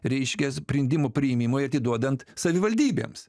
reiškia sprendimų priėmimui atiduodant savivaldybėms